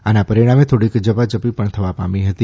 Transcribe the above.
આના પરિણામે થોડીક ઝપાઝપી થવા પામી હતી